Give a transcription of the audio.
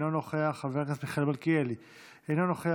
אינו נוכח,